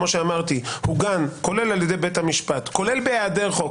כולל בהיעדר חוק,